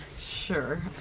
Sure